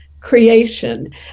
creation